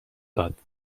داد